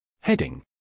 Heading